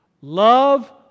Love